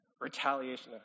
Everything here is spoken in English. retaliation